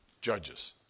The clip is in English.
Judges